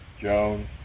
Joan